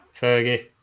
Fergie